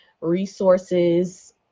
resources